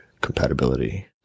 compatibility